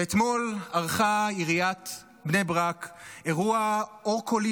ואתמול ערכה עיריית בני ברק אירוע אור-קולי